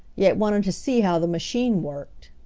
yet wanted to see how the machine worked.